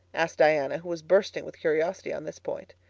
asked diana, who was bursting with curiosity on this point.